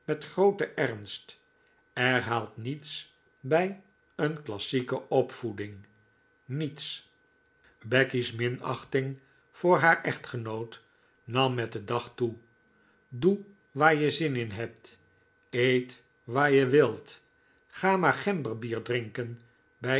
met grooten ernst er haalt niets bij een klassieke opvoeding r niets becky's minachting voor haar echtgenoot nam met den dag toe doe waar je zin in hebt eet waar je wilt ga maar gemberbier drinken bij